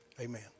Amen